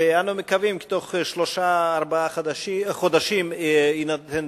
ואנו מקווים כי בתוך שלושה-ארבעה חודשים יינתן